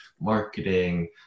marketing